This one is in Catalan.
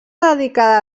dedicada